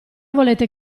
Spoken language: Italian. volete